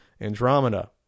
Andromeda